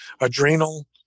adrenal